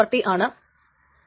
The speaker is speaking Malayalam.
ഇനി രണ്ട് കാര്യങ്ങൾ കൂടിയുണ്ട്